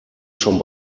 schon